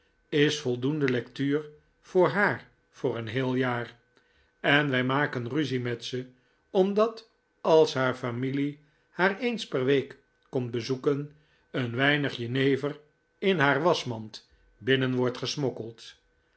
is voldoende lectuur voor haar voor een heel jaar en wij maken ruzie met ze omdat als haar familie haar eens per week komt bezoeken een weinig jenever in haar waschmand binnen wordt gesmokkeld